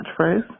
catchphrase